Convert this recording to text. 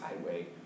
highway